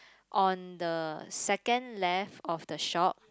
on the second left of the shop